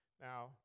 Now